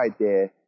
idea